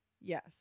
Yes